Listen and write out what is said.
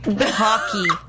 Hockey